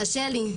קשה לי.